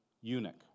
eunuch